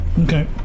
Okay